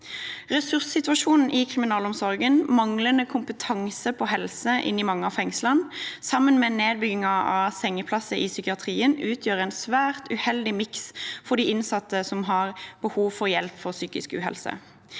Ressurssituasjonen i kriminalomsorgen, manglende kompetanse på helse i mange av fengslene og en nedbygging av sengeplasser i psykiatrien utgjør til sammen en svært uheldig miks for de innsatte som har behov for hjelp for psykisk uhelse.